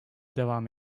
devam